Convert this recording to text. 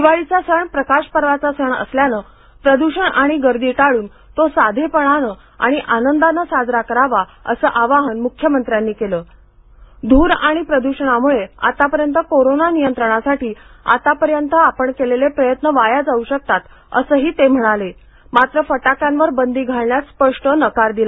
दिवाळीचा सण प्रकाशपर्वाचा सण असल्यानं प्रदूषण आणि गर्दी टाळून तो साधेपणानं आणि आनंदानं साजरा करावा असं आवाहन मुख्यमंत्र्यांनी केलं धूर आणि प्रद्षणामुळे आतापर्यंत कोरोना नियंत्रणासाठी आतापर्यंत आपण केलेले प्रयत्न वाया जाऊ शकतात असंही ते म्हणाले मात्र फटाक्यांवर बंदी घालण्यास स्पष्ट नकार दिला